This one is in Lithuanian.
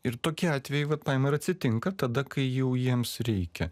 ir tokie atvejai vat paima ir atsitinka tada kai jau jiems reikia